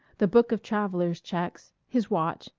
the book of traveller's checks, his watch,